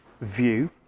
view